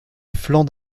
flancs